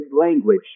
language